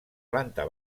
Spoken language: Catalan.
planta